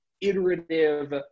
iterative